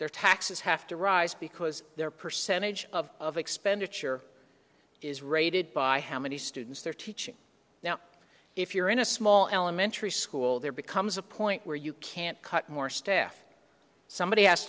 their taxes have to rise because their percentage of expenditure is rated by how many students they're teaching now if you're in a small elementary school there becomes a point where you can't cut more staff somebody has